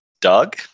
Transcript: Doug